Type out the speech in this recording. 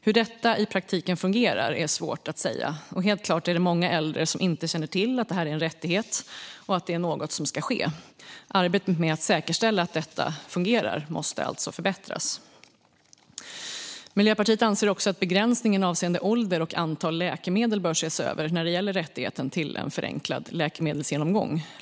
Hur detta i praktiken fungerar är svårt att säga, och helt klart är det många äldre som inte känner till att detta är en rättighet och något som ska ske. Arbetet med att säkerställa att detta fungerar måste alltså förbättras. Miljöpartiet anser även att begränsningen avseende ålder och antal läkemedel bör ses över när det gäller rättigheten till förenklad läkemedelsgenomgång.